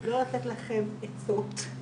לא לתת לכם עצות.